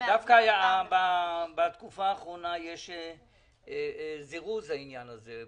דווקא בתקופה האחרונה יש זירוז לעניין הזה,